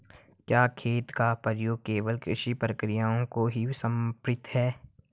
क्या खेत का प्रयोग केवल कृषि प्रक्रियाओं को ही समर्पित है?